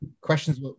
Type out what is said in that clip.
questions